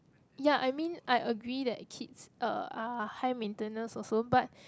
ya I mean I agree that kids uh are high maintenance also but